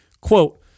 quote